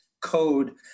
code